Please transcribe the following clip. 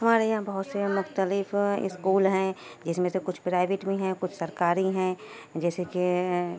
ہمارے یہاں بہت سے مختلف اسکول ہیں جس میں سے کچھ پرائیویٹ بھی ہیں کچھ سرکاری ہیں جیسے کہ